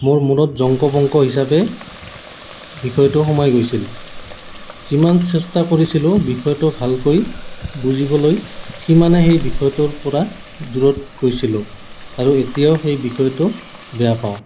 মোৰ মূৰত জংক পংক হিচাপে বিষয়টো সোমাই গৈছিল যিমান চেষ্টা কৰিছিলোঁ বিষয়টো ভালকৈ বুজিবলৈ সিমানে সেই বিষয়টোৰপৰা দূৰত গৈছিলোঁ আৰু এতিয়াও সেই বিষয়টো বেয়া পাওঁ